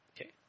Okay